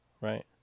right